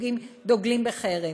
שדוגלים בחרם.